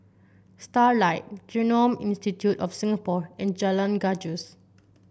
Starlight Genome Institute of Singapore and Jalan Gajus